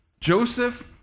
Joseph